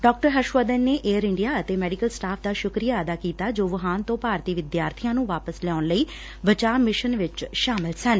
ਡਾ ਹਰਸ਼ਵਰਧਨ ਨੇ Air India ਅਤੇ ਮੈਡੀਕਲ ਸਟਾਫ਼ ਦਾ ਸੁਕਰੀਆ ਅਦਾ ਕੀਤਾ ਜੋ ਵੁਹਾਨ ਤੋਂ ਭਾਰਤੀ ਵਿਦਿਆਰਥੀਆਂ ਨੂੰ ਵਾਪਸ ਲਿਆਉਣ ਲਈ ਬਚਾਅ ਮਿਸ਼ਨ ਚ ਸ਼ਾਮਲ ਸਨ